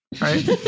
right